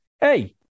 Hey